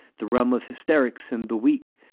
the realm of hysterics and the weak.